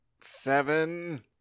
seven